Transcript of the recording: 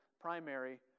primary